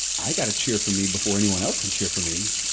i got to cheer for me before anyone else can cheer for me.